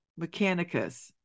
Mechanicus